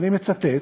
ואני מצטט,